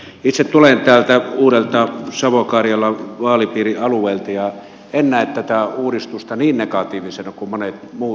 itse tulen täältä uudelta savo karjalan vaalipiirialueelta enkä näe tätä uudistusta niin negatiivisena kuin monet muut näkevät